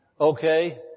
Okay